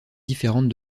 différente